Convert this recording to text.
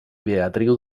beatriu